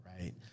right